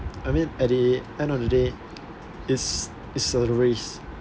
I mean at the end of the day it's the raise